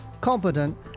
competent